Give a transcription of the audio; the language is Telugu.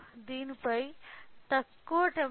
ఇక్కడ మనం మళ్ళీ చూడవచ్చు అది తగ్గుతూ ఉంటుంది